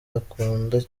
ukundana